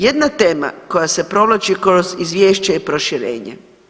Jedna tema koja se provlači kroz izvješće je proširenje.